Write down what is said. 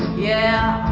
yeah,